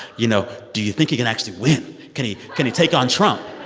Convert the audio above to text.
you know, do you think he can actually win? can he can he take on trump?